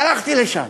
הלכתי לשם,